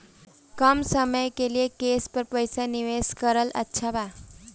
कम समय के लिए केस पर पईसा निवेश करल अच्छा बा?